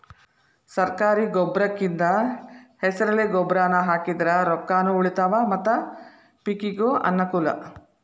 ಸರ್ಕಾರಿ ಗೊಬ್ರಕಿಂದ ಹೆಸರೆಲೆ ಗೊಬ್ರಾನಾ ಹಾಕಿದ್ರ ರೊಕ್ಕಾನು ಉಳಿತಾವ ಮತ್ತ ಪಿಕಿಗೂ ಅನ್ನಕೂಲ